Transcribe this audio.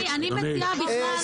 אני מציעה לגדל אננס על אבני בזלת.